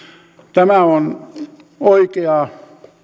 tämä on oikea